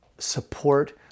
support